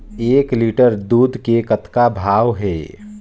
एक लिटर दूध के कतका भाव हे?